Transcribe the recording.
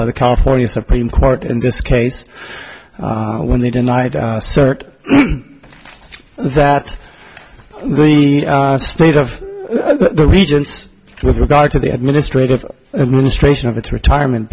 by the california supreme court in this case when they denied cert that means state of the regents with regard to the administrative and ministration of its retirement